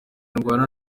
ndwana